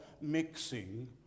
mixing